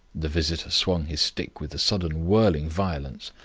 the visitor swung his stick with a sudden whirling violence.